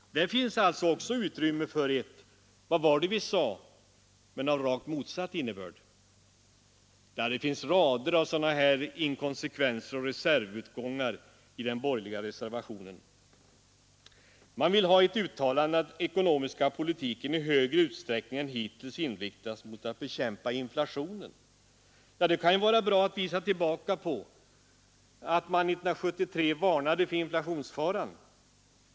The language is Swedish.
Även där finns alltså utrymme för ett ”vad var det vi sa” — men av rakt motsatt innebörd. Det finns rader av sådana här inkonsekvenser och reservutgångar i den borgerliga reservationen. Man vill ha ett uttalande att den ekonomiska politiken i högre utsträckning än hittills inriktas på att bekämpa inflationen. Det kan ju vara bra att visa tillbaka på att man 1973 varnade för inflationsfaran.